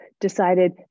decided